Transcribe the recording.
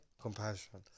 compassion